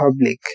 public